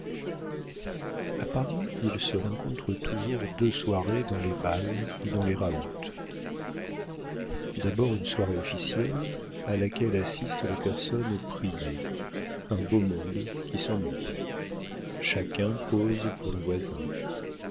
a paris il se rencontre toujours deux soirées dans les bals ou dans les raouts d'abord une soirée officielle à laquelle assistent les personnes priées un beau monde qui s'ennuie chacun pose pour le voisin